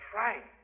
right